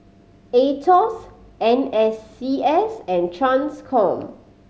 Aetos N S C S and Transcom